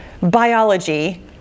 biology